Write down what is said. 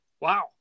wow